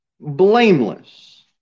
blameless